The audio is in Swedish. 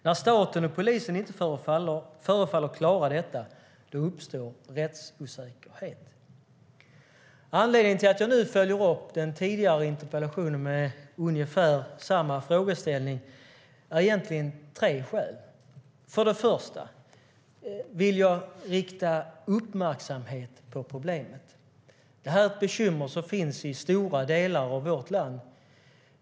När staten och polisen inte förefaller klara detta uppstår rättsosäkerhet. Anledningarna till att jag nu följer upp den tidigare interpellationen med ungefär samma frågeställning är flera. För det första vill jag fästa uppmärksamhet på problemet. Detta är ett bekymmer som finns i stora delar av vårt land.